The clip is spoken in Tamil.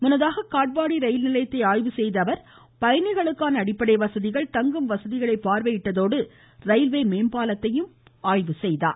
முன்னதாக காட்பாடி ரயில்நிலையத்தை ஆய்வு செய்த அவர் பயணிகளுக்கான அடிப்படை வசதிகள் தங்கும் வசதிகளை பார்வையிட்டதோடு ரயில்வே மேம்பாலத்தையும் ஆய்வு செய்தார்